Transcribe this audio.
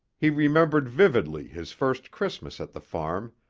he remembered vividly his first christmas at the farm,